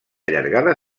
llargada